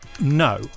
no